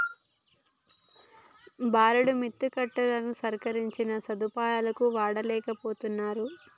బారెడు మిత్తికడ్తరుగని సర్కారిచ్చిన సదుపాయాలు వాడుకోలేకపోతరు